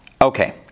Okay